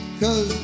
cause